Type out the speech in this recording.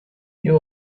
you